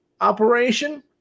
operation